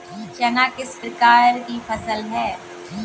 चना किस प्रकार की फसल है?